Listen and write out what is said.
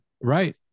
Right